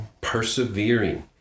persevering